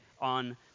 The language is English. on